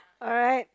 alright